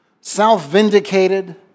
self-vindicated